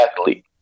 athlete